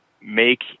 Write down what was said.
make